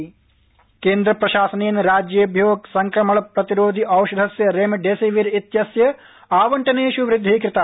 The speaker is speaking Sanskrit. कडि रम्डिसिंविर केन्द्र प्रशासनेन राज्येभ्यो संक्रमण प्रतिरोधि औषधस्य रेमडेसिविर इत्यस्य आवण्टनेष् वृद्धिः कृता